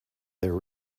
their